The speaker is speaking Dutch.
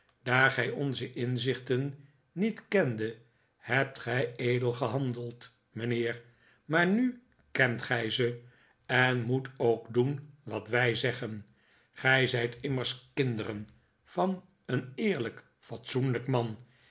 daar gij onze inzichten niet kendet hebt gij edel gehandeld mijnheer maar nu kent gij ze en moet ook doen wat wij zeggen gij zijt immers kinderen van een eerlijk fatsoenlijk manj